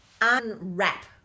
unwrap